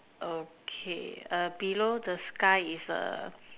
okay err below the sky is a